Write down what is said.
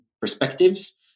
perspectives